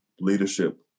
leadership